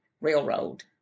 railroad